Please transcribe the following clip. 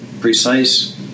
precise